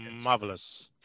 marvelous